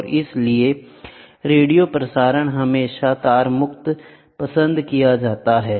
और इसलिए रेडियो प्रसारण हमेशा तार मुक्त पसंद किया जाता है